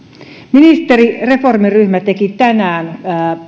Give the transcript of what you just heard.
reformiministeriryhmä teki tänään